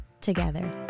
together